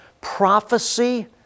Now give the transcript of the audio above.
Prophecy